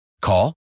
Call